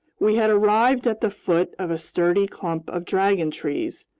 we had arrived at the foot of a sturdy clump of dragon trees,